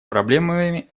проблемами